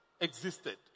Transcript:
existed